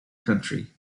country